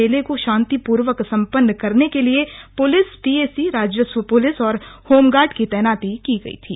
मेले को शांति पूर्वक सम्पन्न करने के लिए पुलिस पीएसी राजस्व पुलिस और होमगार्ड की तैनाती की गई थी